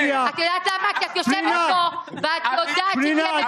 החוק המתגבשת להקמת הקואליציה המיוחלת